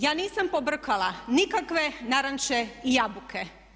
Ja nisam pobrkala nikakve naranče i jabuke.